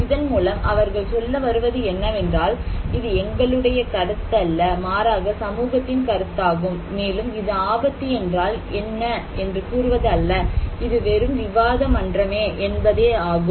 இதன் மூலம் அவர்கள் சொல்ல வருவது என்னவென்றால் இது எங்களுடைய கருத்தல்ல மாறாக சமூகத்தின் கருத்தாகும் மேலும் இது ஆபத்து என்றால் என்ன என்று கூறுவது அல்ல இது வெறும் விவாத மன்றமே என்பதே ஆகும்